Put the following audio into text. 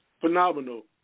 Phenomenal